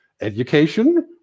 education